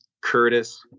curtis